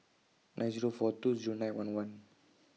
nine Zero four two Zero nine one one